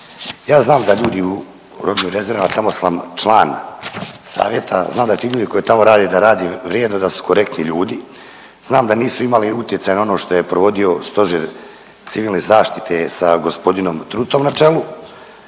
Ja znam da ljudi u robnim rezervama, tamo sam član savjeta, znam da ti ljudi koji tamo rade da rade vrijedno, da su korektni ljudi, znam da nisu imali utjecaja na ono što je provodio Stožer civilne zaštite sa g. Trutom na čelu,